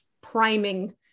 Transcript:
priming